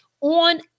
on